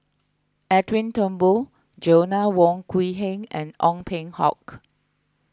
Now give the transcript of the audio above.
Edwin Thumboo Joanna Wong Quee Heng and Ong Peng Hock